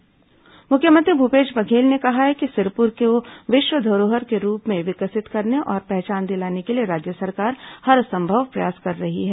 सिरपुर महोत्सव मुख्यमंत्री मुख्यमंत्री भूपेश बघेल ने कहा है कि सिरपुर को विश्व धरोहर के रूप में विकसित करने और पहचान दिलाने के लिए राज्य सरकार हरसंभव प्रयास कर रही है